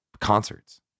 concerts